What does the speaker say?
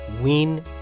win